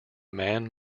man